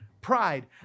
pride